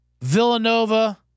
Villanova